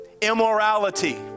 Immorality